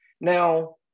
Now